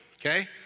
okay